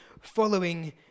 following